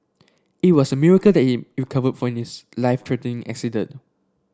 it was a miracle that he recovered from his life threatening accident